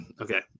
Okay